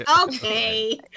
Okay